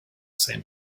same